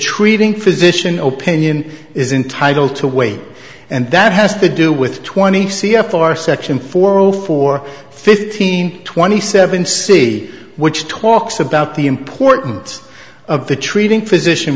treating physician open in is entitled to weigh and that has to do with twenty c f r section four zero four fifteen twenty seven c which talks about the importance of the treating physician